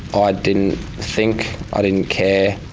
i didn't think, i didn't care.